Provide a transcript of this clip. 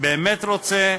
באמת רוצה,